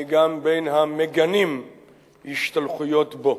אני גם בין המגנים השתלחויות בו.